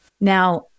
Now